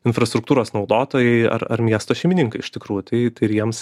infrastruktūros naudotojai ar ar miesto šeimininkai iš tikrųjų tai jiems